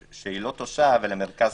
שאינה תושב אלא מרכז חיים.